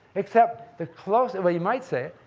except, the closest, well, you might say,